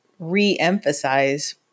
re-emphasize